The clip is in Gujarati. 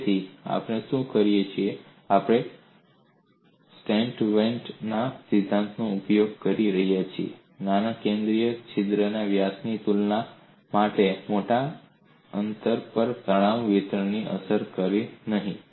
તેથી આપણે શું કરીએ છીએ આપણે સંત વેનાન્ટનાSaint Venant's સિદ્ધાંતનો ઉપયોગ કરી રહ્યા છીએ નાના કેન્દ્રીય છિદ્રના વ્યાસની તુલનામાં મોટા અંતર પર તણાવ વિતરણને અસર કરશે નહીં